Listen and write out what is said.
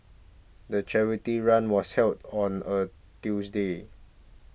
the charity run was held on a Tuesday